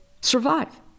survive